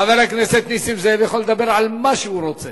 חבר הכנסת נסים זאב יכול לדבר על מה שהוא רוצה.